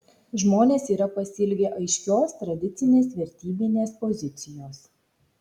žmonės yra pasiilgę aiškios tradicinės vertybinės pozicijos